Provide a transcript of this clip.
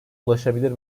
ulaşabilir